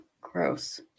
gross